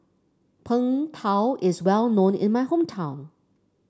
Png Tao is well known in my hometown